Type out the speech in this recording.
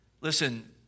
Listen